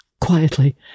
quietly